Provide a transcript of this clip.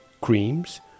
creams